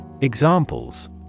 Examples